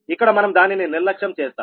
ఇక్కడ మనం దానిని నిర్లక్ష్యం చేస్తాం